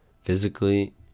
Physically